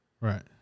Right